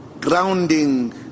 grounding